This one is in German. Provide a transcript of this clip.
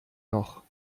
noch